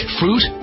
fruit